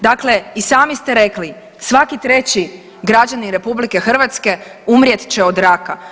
Dakle, i sami ste rekli svaki treći građanin RH umrijet će od raka.